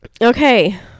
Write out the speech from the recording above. okay